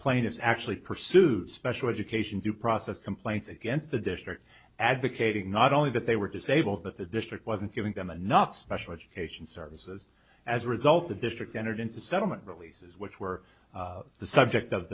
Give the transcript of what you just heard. plaintiffs actually pursued special education due process complaints against the district advocating not only that they were disabled that the district wasn't giving them enough special education services as a result the district entered into settlement releases which were the subject of